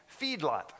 feedlot